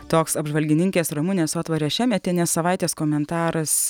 toks apžvalgininkės ramunės sotvarės šemetienės savaitės komentaras